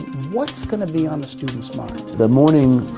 what's going to be on the students' minds? the morning,